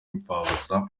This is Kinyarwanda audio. impfabusa